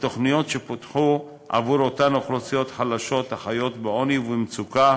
לתוכניות שפותחו עבור אותן אוכלוסיות חלשות החיות בעוני ובמצוקה